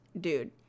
Dude